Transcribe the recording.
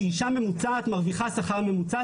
כי אישה ממוצעת מרוויחה שכר ממוצע,